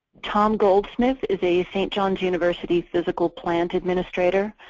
tom goldsmith is a st. john's university physical plant administrator.